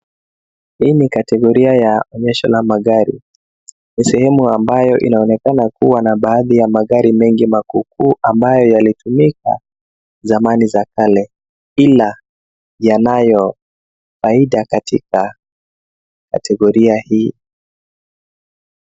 Hii ni kategoria ya onyesho la magari. Ni sehemu ambayo inaonekana kua na baadhi ya magari mengi makuukuu, ambayo yalitumika zamani za kale, ila yanayo faida katika kategoria hii.